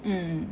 mm